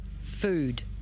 food